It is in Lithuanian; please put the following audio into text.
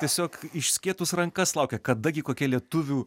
tiesiog išskėtus rankas laukia kada gi kokia lietuvių